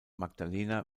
magdalena